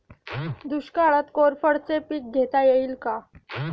दुष्काळात कोरफडचे पीक घेता येईल का?